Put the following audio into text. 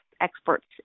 experts